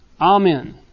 Amen